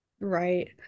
Right